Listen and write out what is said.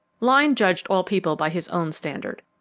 lyne judged all people by his own standard,